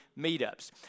meetups